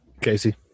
Casey